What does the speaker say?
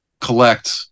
collect